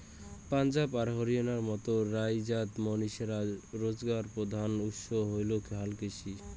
পাঞ্জাব আর হরিয়ানার মতন রাইজ্যত মানষির রোজগারের প্রধান উৎস হইলেক হালকৃষি